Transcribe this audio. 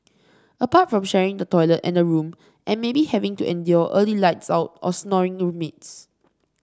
apart from sharing the toilet and a room and maybe having to endure early lights out or snoring roommates